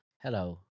Hello